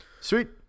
Sweet